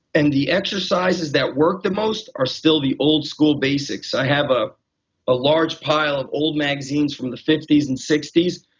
and the exercises that work the most are still the old school basics. i have a ah large pile of old magazines from the fifty s and sixty s.